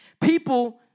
People